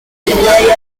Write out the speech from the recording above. legendarios